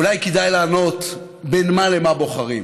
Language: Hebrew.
אולי כדאי לענות בין מה למה בוחרים,